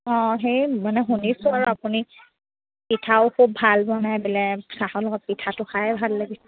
অঁ সেই মানে শুনিছোঁ আৰু আপুনি পিঠাও খুব ভাল বনায় বোলে চাহৰ লগত পিঠাটো খাই ভাল লাগি